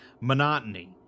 monotony